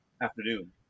afternoon